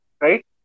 right